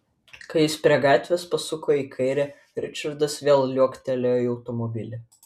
kai jis prie gatvės pasuko į kairę ričardas vėl liuoktelėjo į automobilį